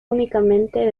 únicamente